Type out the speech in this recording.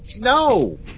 no